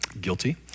guilty